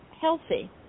healthy